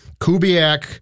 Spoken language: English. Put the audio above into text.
Kubiak